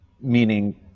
meaning